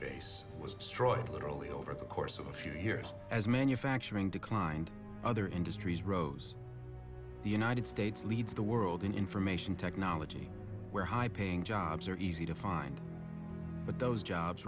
base was destroyed literally over the course of a few years as manufacturing declined other industries rose the united states leads the world in information technology where high paying jobs are easy to find but those jobs